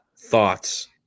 Thoughts